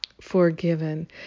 forgiven